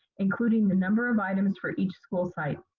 including the number of items for each school site.